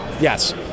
Yes